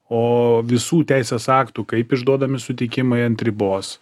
o visų teisės aktų kaip išduodami sutikimai ant ribos